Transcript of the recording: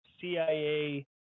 CIA